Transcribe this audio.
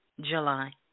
July